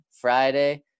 Friday